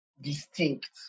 distinct